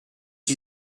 you